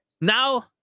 now